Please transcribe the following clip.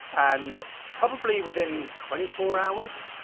and probably within twenty four hours,